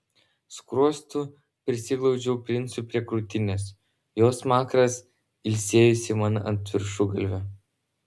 skruostu prisiglaudžiau princui prie krūtinės jo smakras ilsėjosi man ant viršugalvio